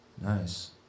Nice